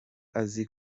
azi